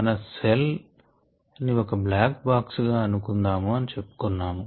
మనం సెల్ ని ఒక బ్లాక్ బాక్స్ గా అనుకుందాము అని చెప్పుకున్నాము